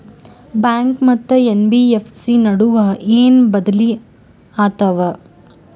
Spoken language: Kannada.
ಬ್ಯಾಂಕು ಮತ್ತ ಎನ್.ಬಿ.ಎಫ್.ಸಿ ನಡುವ ಏನ ಬದಲಿ ಆತವ?